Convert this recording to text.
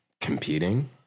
competing